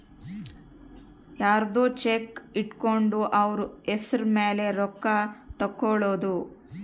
ಯರ್ದೊ ಚೆಕ್ ಇಟ್ಕೊಂಡು ಅವ್ರ ಹೆಸ್ರ್ ಮೇಲೆ ರೊಕ್ಕ ಎತ್ಕೊಳೋದು